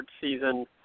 season